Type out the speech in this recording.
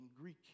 Greek